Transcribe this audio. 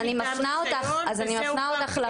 זה כתוב --- אז אני אפנה אותך לפאי,